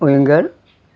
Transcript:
winger